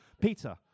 Peter